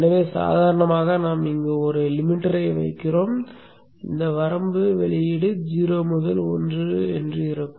எனவே சாதாரணமாக நாம் இங்கு ஒரு லிமிட்டரை வைக்கிறோம் இந்த வரம்பு வெளியீடு 0 முதல் 1 வரை இருக்கும்